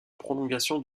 prolongation